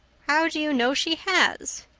how do you know she has?